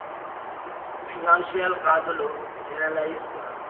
financial কাজ হল analyse করা